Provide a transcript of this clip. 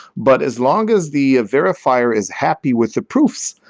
but as long as the verifier is happy with the proofs,